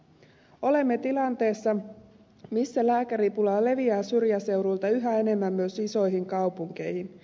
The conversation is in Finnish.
olemme tilanteessa jossa lääkäripula leviää syrjäseuduilta yhä enemmän myös isoihin kaupunkeihin